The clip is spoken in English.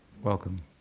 Welcome